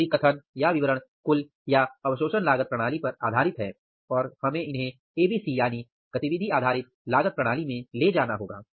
ये सभी कथन या विवरण कुल या अवशोषण लागत प्रणाली पर आधारित है और हमें इन्हें ABC यानी गतिविधि आधारित लागत प्रणाली में ले जाना होगा